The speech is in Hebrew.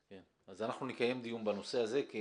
אז אנחנו נקיים דיון בנושא הזה, כי